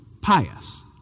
pious